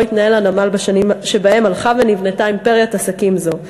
התנהל הנמל בשנים שבהן הלכה ונבנתה אימפריית עסקים זו,